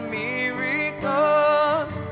miracles